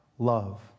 love